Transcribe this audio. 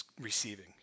receiving